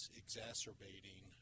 exacerbating